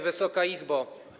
Wysoka Izbo!